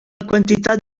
quantitat